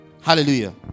Hallelujah